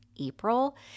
April